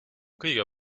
kõige